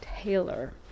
Taylor